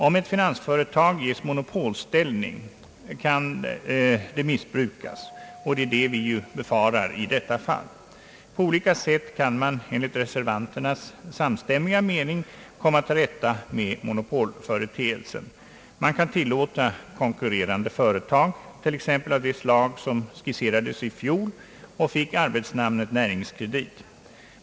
Om ett finansföretag ges monopolställning kan det missbrukas, och det är vad vi befarar i detta fall. På olika sätt kan man enligt reservanternas samstämmiga mening komma till rätta med monopolföreteelsen. Man kan tillåta konkurrerande företag, t.ex. av det slag som skisserades i fjol och fick arbetsnamnet Näringskredit.